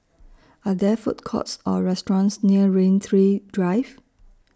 Are There Food Courts Or restaurants near Rain Tree Drive